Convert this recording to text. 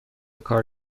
کار